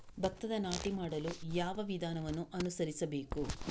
ಭತ್ತದ ನಾಟಿ ಮಾಡಲು ಯಾವ ವಿಧಾನವನ್ನು ಅನುಸರಿಸಬೇಕು?